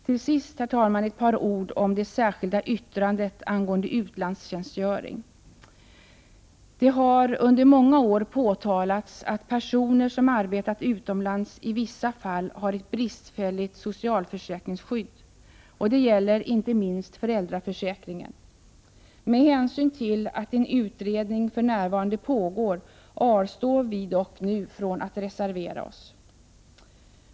Till sist, herr talman, några ord om det särskilda yttrandet angående utlandstjänstgöring. Det har under många år påtalats att personer som arbetat utomlands i vissa fall har ett bristfälligt socialförsäkringsskydd, och det gäller inte minst föräldraförsäkringen. Med hänsyn till att en utredning för närvarande pågår avstår vi dock från att nu reservera oss.